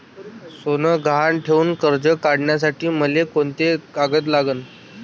सोनं गहान ठेऊन कर्ज काढासाठी मले कोंते कागद लागन?